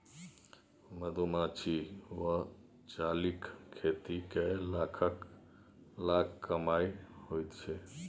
मधुमाछी वा चालीक खेती कए लाखक लाख कमाई होइत छै